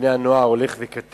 בני-הנוער הולך ויורד.